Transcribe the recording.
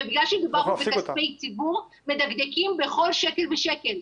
אנחנו משיבים ובגלל שמדובר פה בכספי ציבור מדקדקים בכל שקל ושקל.